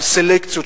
של סלקציות,